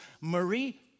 Marie